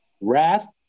Wrath